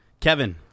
Kevin